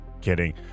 kidding